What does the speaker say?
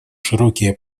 широкие